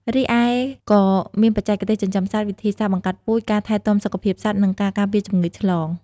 រីឯក៏មានបច្ចេកទេសចិញ្ចឹមសត្វ វិធីសាស្ត្របង្កាត់ពូជ ការថែទាំសុខភាពសត្វ និងការការពារជំងឺឆ្លង។